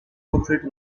portrait